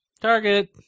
Target